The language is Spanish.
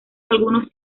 algunos